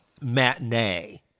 matinee